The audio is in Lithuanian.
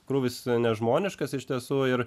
krūvis nežmoniškas iš tiesų ir